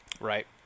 right